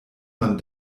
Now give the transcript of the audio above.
man